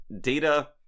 Data